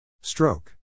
Stroke